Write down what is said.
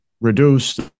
reduce